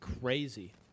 crazy